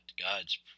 God's